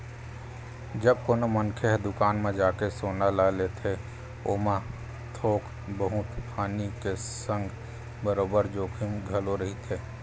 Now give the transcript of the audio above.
जब कोनो मनखे ह दुकान म जाके सोना ल लेथे ओमा थोक बहुत हानि के संग बरोबर जोखिम घलो रहिथे